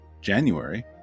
January